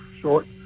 short